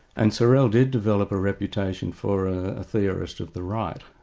and sorel did develop a reputation for a theorist of the right,